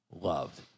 loved